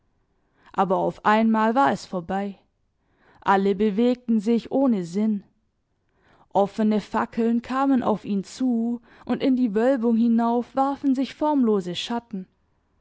aber auf einmal war es vorbei alle bewegten sich ohne sinn offene fackeln kamen auf ihn zu und in die wölbung hinauf warfen sich formlose schatten